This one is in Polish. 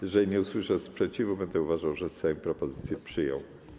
Jeżeli nie usłyszę sprzeciwu, będę uważał, że Sejm propozycję przyjął.